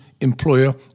employer